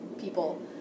people